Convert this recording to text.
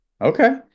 okay